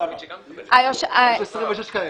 יש 26 כאלה.